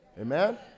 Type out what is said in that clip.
Amen